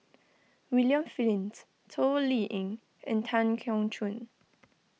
William Flint Toh Liying and Tan Keong Choon